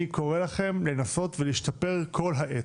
אני קורא לכם לנסות ולהשתפר כל העת.